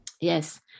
Yes